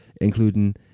including